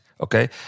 okay